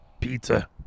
Pizza